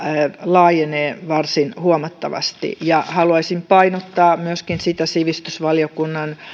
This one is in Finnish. laajenee varsin huomattavasti haluaisin painottaa myöskin sitä sivistysvaliokunnan